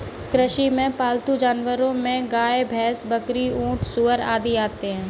कृषि में पालतू जानवरो में गाय, भैंस, बकरी, ऊँट, सूअर आदि आते है